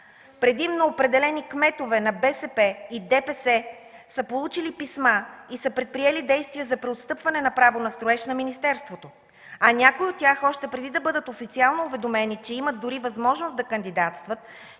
Предимно определени кметове на БСП и ДПС са получили писма и са предприели действия за преотстъпване на право на строеж на министерството, а някои от тях още преди да бъдат официално уведомени, че имат дори възможност да кандидатстват,